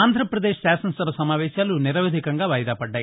ఆంధ్రప్రదేశ్ శాసనసభ సమావేశాలు నిరవధికంవగా వాయిదా పడ్డాయి